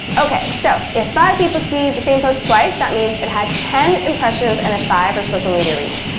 ok, so. if five people see the same post twice, that means it had ten impressions and a five for social media reach.